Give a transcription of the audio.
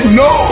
no